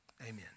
Amen